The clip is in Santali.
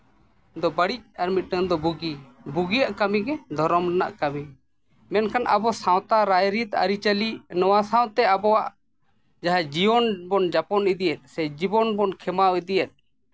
ᱫᱚ ᱵᱟᱹᱲᱤᱡ ᱢᱤᱫᱴᱟᱹᱝ ᱫᱚ ᱵᱷᱟᱹᱜᱤ ᱵᱩᱜᱤᱭᱟᱜ ᱠᱟᱹᱢᱤ ᱜᱮ ᱫᱷᱚᱨᱚᱢ ᱨᱮᱱᱟᱜ ᱠᱟᱹᱢᱤ ᱢᱮᱱᱠᱷᱟᱱ ᱟᱵᱚ ᱥᱟᱶᱛᱟ ᱨᱟᱭᱼᱨᱤᱛ ᱟᱹᱨᱤᱼᱪᱟᱹᱞᱤ ᱱᱚᱣᱟ ᱥᱟᱶᱛᱮ ᱟᱵᱚᱣᱟᱜ ᱡᱟᱦᱟᱸ ᱡᱤᱭᱚᱱ ᱵᱚᱱ ᱡᱟᱯᱚᱱ ᱤᱫᱤᱭᱮᱜ ᱥᱮ ᱡᱤᱭᱚᱱ ᱵᱚᱱ ᱠᱷᱮᱢᱟᱣ ᱤᱫᱤᱭᱮᱜ